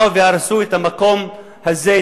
באו והרסו את המקום הזה,